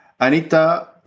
Anita